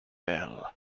bell